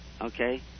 Okay